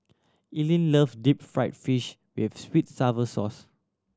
Eileen love deep fried fish with sweet sour sauce